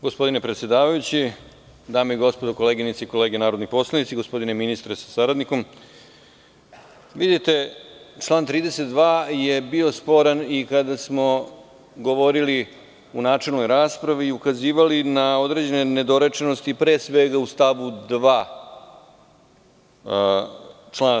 Gospodine predsedavajući, dame i gospodo, koleginice i kolege narodni poslanici, gospodine ministre sa saradnikom, član 32. je bio sporan i kada smo govorili u načelnoj raspravi i ukazivali na određene nedorečenosti, pre svega u stavu 2. ovog člana.